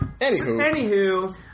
Anywho